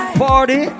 party